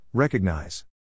Recognize